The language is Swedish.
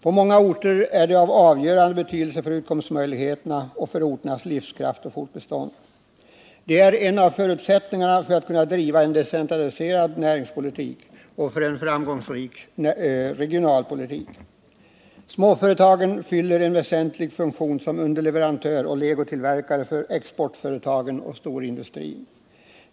På många orter är de av avgörande betydelse för utkomstmöjligheterna och för orternas livskraft och fortbestånd. De är en av förutsättningarna för att man skall kunna driva en decentraliserad näringspolitik och en framgångsrik regionalpolitik. Småföretagen fyller en väsentlig funktion som underleverantörer och legotillverkare för exportföretagen och storindustrin.